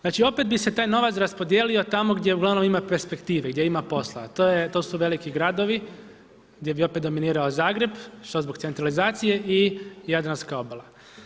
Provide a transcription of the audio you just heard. Znači opet bi se taj novac raspodijelio tamo gdje uglavnom ima perspektive, gdje ima posla a to su veliki gradovi, gdje bi opet dominirao Zagreb, što zbog centralizacije i Jadranska obala.